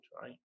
right